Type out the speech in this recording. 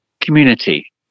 community